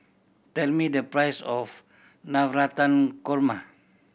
tell me the price of Navratan Korma